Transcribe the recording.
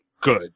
good